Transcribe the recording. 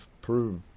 prove